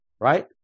right